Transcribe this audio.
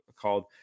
called